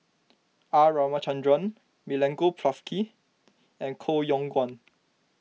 R Ramachandran Milenko Prvacki and Koh Yong Guan